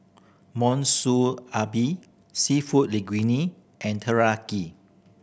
Monsunabe Seafood Linguine and Teriyaki